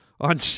on